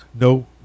no